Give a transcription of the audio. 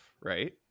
right